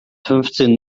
fünfzehn